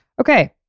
Okay